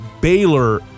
Baylor